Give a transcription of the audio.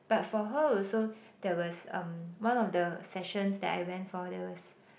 but for her also there was um one of the sessions that I went for there was